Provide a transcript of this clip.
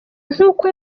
nk’uko